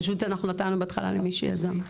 פשוט אנחנו נתנו בהתחלה למי שיזם.